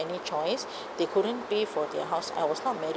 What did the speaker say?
any choice they couldn't pay for their house I was not married